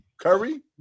Curry